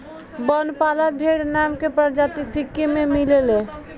बनपाला भेड़ नाम के प्रजाति सिक्किम में मिलेले